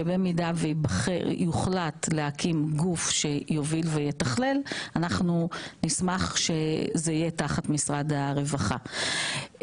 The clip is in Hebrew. שאם יוחלט להקים גוף שיוביל ויתכלל נשמח שזה יהיה תחת משרד הרווחה.